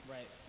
Right